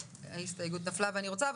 המכרז לא נוגע בכלל לסוגיה הזאת,